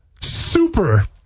Super